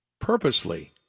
purposely